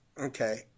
Okay